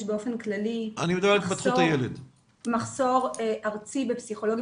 יש באופן כללי מחסור ארצי בפסיכולוגים